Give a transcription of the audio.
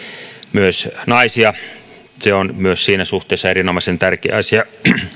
myös naisia se on myös siinä suhteessa erinomaisen tärkeä asia